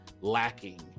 lacking